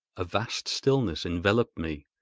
a vast stillness enveloped me,